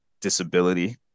disability